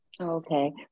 Okay